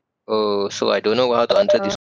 oh so I don't know what how to answer this